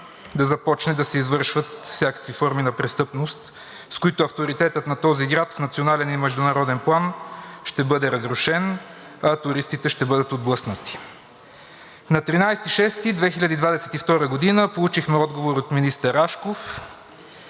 да започнат да се извършват всякакви форми на престъпност, с които авторитетът на този град в национален и международен план ще бъде разрушен, а туристите ще бъдат отблъснати. На 13 юни 2022 г. получихме отговор от министър Рашков,